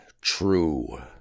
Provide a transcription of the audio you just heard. True